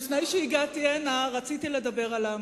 לפני שהגעתי הנה רציתי לדבר על העמותות.